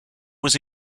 was